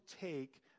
take